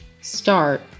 start